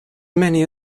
many